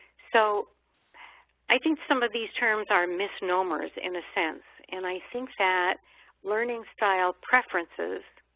so i think some of these terms are misnomers in a sense and i think that learning style preferences